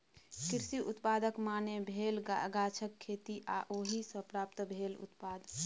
कृषि उत्पादक माने भेल गाछक खेती आ ओहि सँ प्राप्त भेल उत्पाद